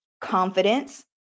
confidence